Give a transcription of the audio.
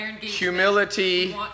Humility